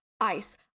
Ice